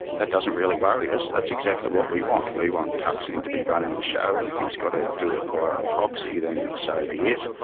that doesn't really worry us, that's exactly what we want, we want thaksin to be running the show, and if he's got to do it via a proxy then so be it.